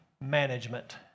management